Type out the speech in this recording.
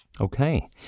Okay